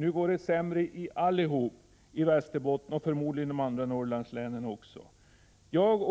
Nu går det sämre i alla Västerbottens kommuner och förmodligen i de andra Norrlandslänen också.